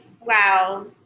wow